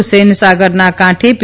ફસેન સાગરના કાંઠે પી